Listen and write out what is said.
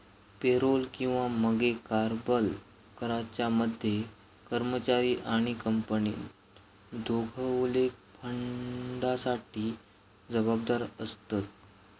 payroll किंवा मगे कर्यबल कराच्या मध्ये कर्मचारी आणि कंपनी दोघवले फंडासाठी जबाबदार आसत